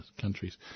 countries